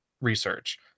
research